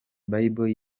bible